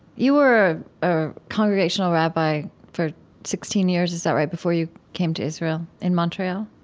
you were a congregational rabbi for sixteen years, is that right? before you came to israel in montreal?